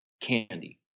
candy